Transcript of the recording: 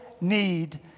need